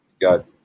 Got